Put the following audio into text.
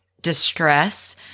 distress